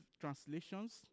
translations